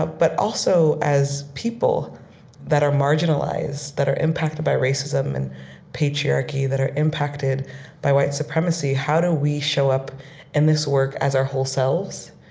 but also as people that are marginalized, that are impacted by racism and patriarchy, that are impacted by white supremacy, how do we show up in this work as our whole selves?